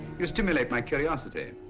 you stimulate my curiosity.